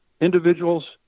individuals